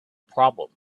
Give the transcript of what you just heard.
problem